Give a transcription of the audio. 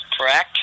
correct